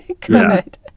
Good